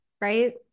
right